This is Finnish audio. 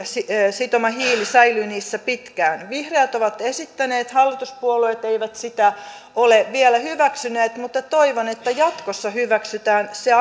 sitoma hiili säilyy niissä pitkään vihreät ovat esittäneet hallituspuolueet eivät sitä ole vielä hyväksyneet mutta toivon että jatkossa hyväksytään se